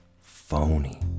phony